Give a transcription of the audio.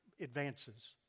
advances